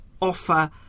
offer